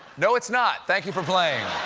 no, it's not. thank you for playing.